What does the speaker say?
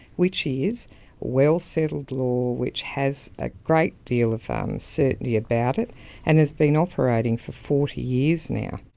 which is well settled law which has a great deal of certainty about it and has been operating for forty years now.